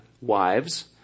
Wives